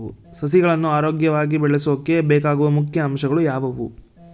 ಸಸಿಗಳನ್ನು ಆರೋಗ್ಯವಾಗಿ ಬೆಳಸೊಕೆ ಬೇಕಾಗುವ ಮುಖ್ಯ ಅಂಶಗಳು ಯಾವವು?